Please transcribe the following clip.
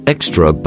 Extra